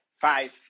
five